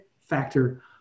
Factor